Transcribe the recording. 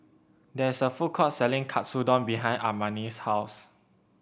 there is a food court selling Katsudon behind Armani's house